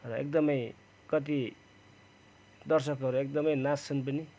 र एकदमै कति दर्शकहरू एकदमै नाचँछन् पनि